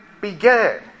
began